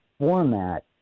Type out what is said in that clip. Format